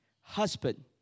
husband